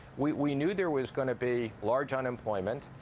we knew there was going to be large unemployment.